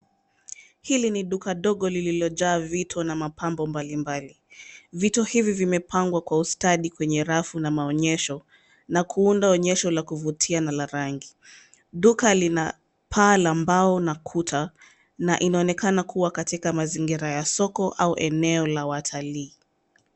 Hili ni duka dogo lililojaa vito, na mapambo mbalimbali. Vito hivi vimepangwa kwa ustadi kwenye rafu, na maonyesho, na kuunda onyesho la kuvutia na la rangi. Duka lina, paa la mbao na kuta, na inaonekana kuwa katika mazingira ya soko, au eneo la watalii.